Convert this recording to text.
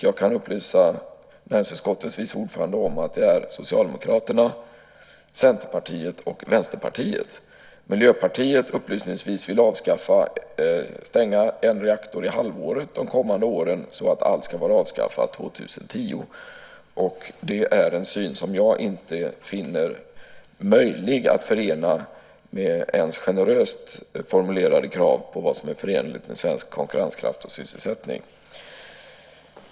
Jag kan upplysa näringsutskottets vice ordförande om att det är Socialdemokraterna, Centerpartiet och Vänsterpartiet. Miljöpartiet vill avskaffa en reaktor i halvåret de kommande åren så att allt ska vara avskaffat 2010. Det är en syn som jag inte finner möjlig att förena med ens generöst formulerade krav på vad som är förenligt med svensk konkurrenskraft och sysselsättning.